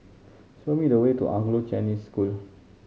show me the way to Anglo Chinese School